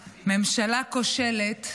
הלאומי.